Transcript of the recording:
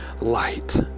light